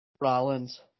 Rollins